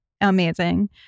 amazing